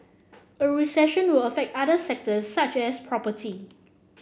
a recession will affect other sectors such as property